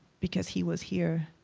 because he was here.